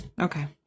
Okay